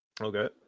Okay